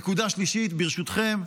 נקודה שלישית, ברשותכם,